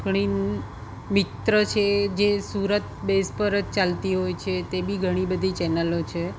ઘણી મિત્ર છે જે સુરત બેઝ પર જ ચાલતી હોય છે તે બી ઘણી બધી ચેનલો છે